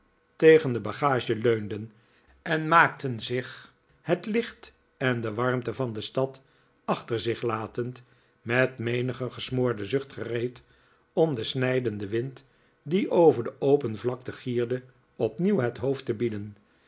tegen de bagage leunden en maakten zich het licht en de warmte van de stad achter zich latend met menigen gesmoorden zucht gereed om den snijdenden wind die over de open vlakte gierde opnieuw het hoofd te bieden